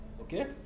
Okay